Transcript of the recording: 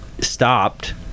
stopped